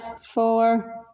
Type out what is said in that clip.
four